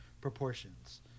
proportions